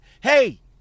hey